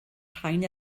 rhain